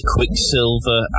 Quicksilver